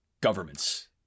governments